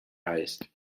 heißt